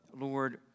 Lord